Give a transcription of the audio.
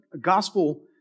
gospel